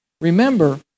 Remember